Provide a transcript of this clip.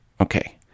Okay